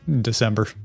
December